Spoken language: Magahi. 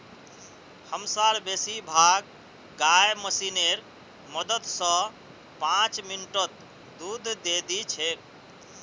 हमसार बेसी भाग गाय मशीनेर मदद स पांच मिनटत दूध दे दी छेक